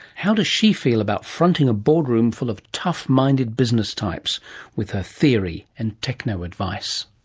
how does she feel about fronting a boardroom full of tough minded business types with her theory and techno advice?